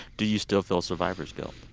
do you still feel survivor's guilt?